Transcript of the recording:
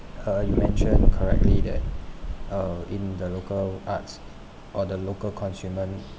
uh you mention correctly that uh in the local arts or the local consumers